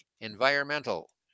environmental